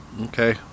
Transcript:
okay